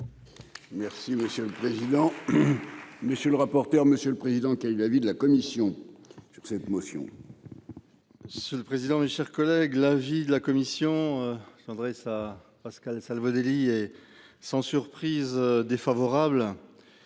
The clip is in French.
Merci monsieur le président. Monsieur le rapporteur. Monsieur le président, qui a eu l'avis de la commission sur cette motion. Ce le président, mes chers collègues, l'avis de la commission s'André à Pascal Salvodelli et sans surprise défavorable.